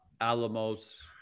Alamos